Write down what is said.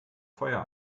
feuer